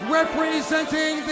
representing